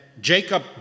Jacob